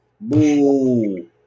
boo